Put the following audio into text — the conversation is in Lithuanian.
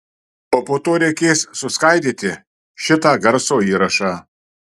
o po to reikės suskaidyti šitą garso įrašą